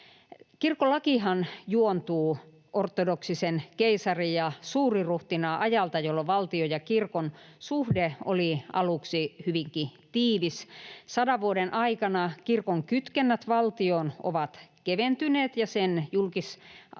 Kirkkolakihan juontuu ortodoksisen keisarin ja suuriruhtinaan ajalta, jolloin valtion ja kirkon suhde oli aluksi hyvinkin tiivis. Sadan vuoden aikana kirkon kytkennät valtioon ovat keventyneet ja sen julkisoikeudellinen